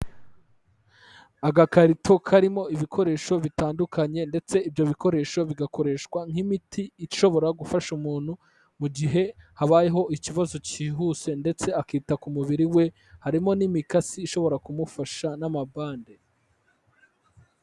Agakarito karimo ibikoresho bitandukanye ndetse ibyo bikoresho bigakoreshwa nk'imiti ishobora gufasha umuntu mu gihe habayeho ikibazo cyihuse ndetse akita ku mubiri we, harimo n'imikasi ishobora kumufasha n'amabande.